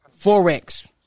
Forex